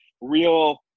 real